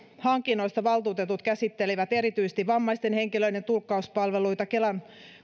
hankinnoista valtuutetut käsittelivät erityisesti vammaisten henkilöiden tulkkauspalveluita kelan